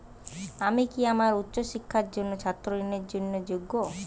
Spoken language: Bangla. আমি কি আমার উচ্চ শিক্ষার জন্য ছাত্র ঋণের জন্য যোগ্য?